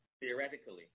theoretically